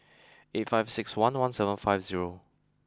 eight five six one one seven five zero